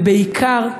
ובעיקר,